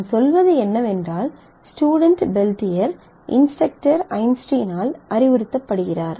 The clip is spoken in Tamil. நான் சொல்வது என்னவென்றால் ஸ்டுடென்ட் பெல்ட்டியர் இன்ஸ்டரக்டர் ஐன்ஸ்டீனால் அறிவுறுத்தப்படுகிறார்